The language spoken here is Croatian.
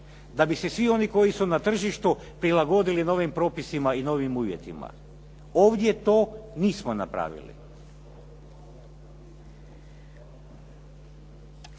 Da bi se svi oni koji su na tržištu prilagodili novim propisima i novim uvjetima. Ovdje to nismo napravili.